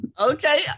Okay